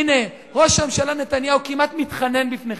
הנה, ראש הממשלה נתניהו כמעט מתחנן בפניכם: